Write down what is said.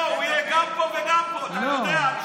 לא, הוא יהיה גם פה וגם פה, אתה יודע, לא.